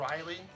Riley